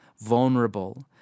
vulnerable